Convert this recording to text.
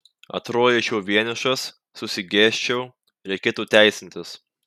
atrodyčiau vienišas susigėsčiau reikėtų teisintis